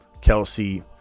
Kelsey